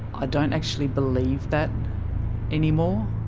ah don't actually believe that anymore.